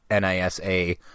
NISA